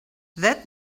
that